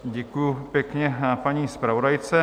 Děkuji pěkně paní zpravodajce.